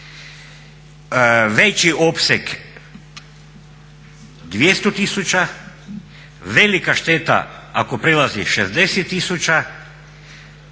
veći opseg 200 tisuća, velika šteta ako prelazi 60 tisuća,